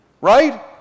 Right